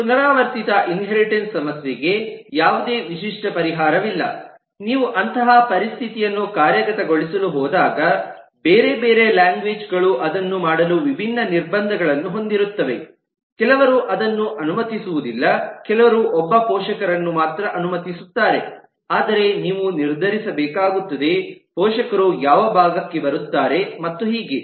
ಈ ಪುನರಾವರ್ತಿತ ಇನ್ಹೇರಿಟೆನ್ಸ್ ಸಮಸ್ಯೆಗೆ ಯಾವುದೇ ವಿಶಿಷ್ಟ ಪರಿಹಾರವಿಲ್ಲ ನೀವು ಅಂತಹ ಪರಿಸ್ಥಿತಿಯನ್ನು ಕಾರ್ಯಗತಗೊಳಿಸಲು ಹೋದಾಗ ಬೇರೆ ಬೇರೆ ಲಾಂಗ್ವೇಜ್ ಗಳು ಅದನ್ನು ಮಾಡಲು ವಿಭಿನ್ನ ನಿರ್ಬಂಧಗಳನ್ನು ಹೊಂದಿರುತ್ತವೆ ಕೆಲವರು ಅದನ್ನು ಅನುಮತಿಸುವುದಿಲ್ಲ ಕೆಲವರು ಒಬ್ಬ ಪೋಷಕರನ್ನು ಮಾತ್ರ ಅನುಮತಿಸುತ್ತಾರೆ ಆದರೆ ನೀವು ನಿರ್ಧರಿಸಬೇಕಾಗುತ್ತದೆ ಪೋಷಕರು ಯಾವ ಭಾಗಕ್ಕೆ ಬರುತ್ತಾರೆ ಮತ್ತು ಹೀಗೆ